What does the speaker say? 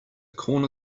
corner